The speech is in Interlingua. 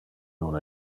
non